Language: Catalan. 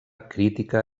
crítica